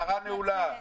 השרה נעולה.